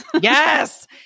Yes